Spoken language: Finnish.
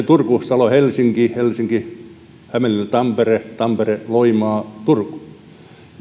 turku salo helsinki helsinki hämeenlinna tampere tampere loimaa turku